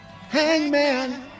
Hangman